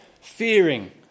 fearing